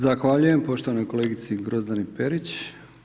Zahvaljujem poštovanoj kolegici Grozdani Perić.